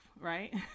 right